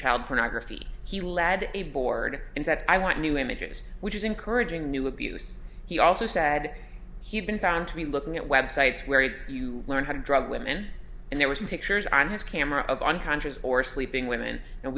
child pornography he led a board and said i want new images which is encouraging new abuse he also said he'd been found to be looking at websites where he did you learn how to drug women and there was pictures on his camera of unconscious or sleeping women and